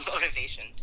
motivation